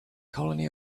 colony